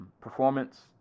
Performance